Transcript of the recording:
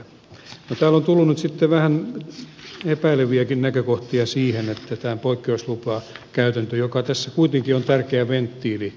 täällä on tullut nyt sitten vähän epäileviäkin näkökohtia siihen että tämä on poikkeuslupakäytäntö joka tässä kuitenkin on tärkeä venttiili